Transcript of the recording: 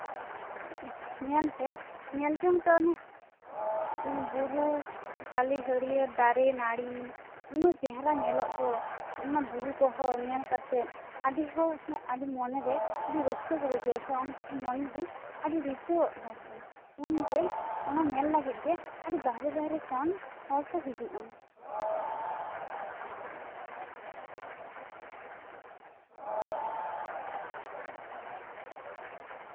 ᱧᱮᱞ ᱛᱮ ᱧᱮᱞᱼᱡᱚᱝ ᱛᱮ ᱚᱱᱟ ᱵᱩᱨᱩ ᱦᱟᱹᱞᱤᱼᱦᱟᱹᱲᱭᱟᱹᱨ ᱫᱟᱨᱮ ᱱᱟᱲᱤ ᱩᱱᱟᱹᱜ ᱪᱮᱦᱨᱟ ᱧᱮᱞᱚᱜ ᱫᱚ ᱚᱱᱟ ᱵᱩᱨᱩ ᱠᱚ ᱦᱚᱸ ᱧᱮᱞ ᱠᱟᱛᱮᱫ ᱟᱹᱰᱤ ᱦᱚᱲ ᱜᱮ ᱚᱱᱟ ᱢᱚᱱᱮ ᱨᱮ ᱟᱹᱰᱤ ᱨᱟᱹᱥᱠᱟᱹ ᱠᱚ ᱵᱩᱡᱷᱟᱹᱣᱟ ᱩᱱᱠᱩᱣᱟᱜ ᱢᱚᱱᱮ ᱨᱮ ᱟᱹᱰᱤ ᱨᱤᱡᱟᱹᱣᱚᱜ ᱛᱟᱠᱚᱣᱟ ᱚᱱᱟᱛᱮ ᱚᱱᱟ ᱧᱮᱞ ᱞᱟᱹᱜᱤᱫ ᱜᱮ ᱟᱹᱰᱤ ᱵᱟᱦᱨᱮᱼᱵᱟᱦᱨᱮ ᱠᱷᱚᱱ ᱦᱚᱲ ᱠᱚ ᱦᱤᱡᱩᱜᱼᱟ